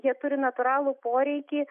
jie turi natūralų poreikį